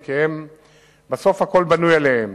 כי בסוף הכול בנוי עליהם,